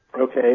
okay